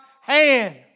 hand